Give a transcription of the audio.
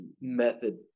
method